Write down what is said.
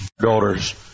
daughters